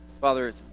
Father